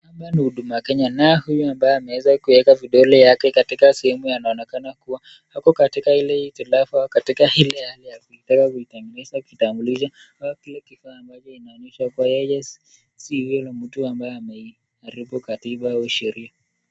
Hapa ni Huduma Kenya na huyu ambaye ameweza kuweka vidole yake katika sehemu yanaonekana kuwa yako katika ile hitilafa ,katika Ile hali ya kutaka kutengeneza kitambilisho ambayo kile kifaa ambacho inaonyesha kuwa yeye si yule mtu ambaye ameharibu matiba au sheria .